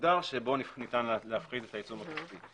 מוגדר שבו ניתן להפחית את העיצום הכספי.